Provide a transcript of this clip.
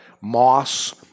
moss